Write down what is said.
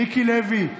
מיקי לוי.